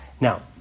Now